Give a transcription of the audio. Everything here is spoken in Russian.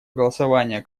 голосования